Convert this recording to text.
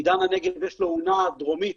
לעידן הנגב יש אונה דרומית